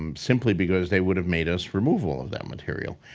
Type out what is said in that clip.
um simply because they would've made us remove all of that material.